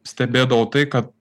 stebėdavau tai kad